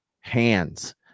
hands